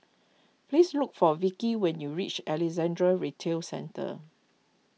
please look for Vikki when you reach Alexandra Retail Centre